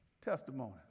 testimony